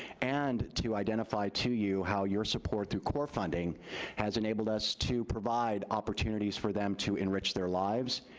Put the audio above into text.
and to identify to you how your support through core funding has enabled us to provide opportunities for them to enrich their lives,